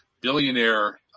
billionaire